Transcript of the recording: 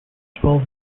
twelve